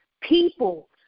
people